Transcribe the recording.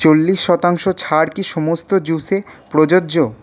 চল্লিশ শতাংশ ছাড় কি সমস্ত জুসে প্রযোজ্য